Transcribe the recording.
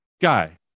guy